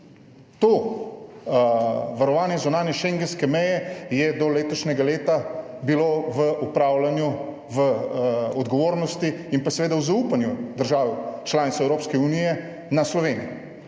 To varovanje zunanje Schengenske meje je do letošnjega leta bilo v upravljanju, v odgovornosti in pa seveda v zaupanju držav članic Evropske unije na Sloveniji.